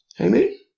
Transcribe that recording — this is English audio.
Amen